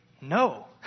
no